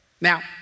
Now